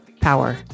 power